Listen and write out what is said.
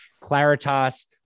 Claritas